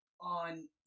On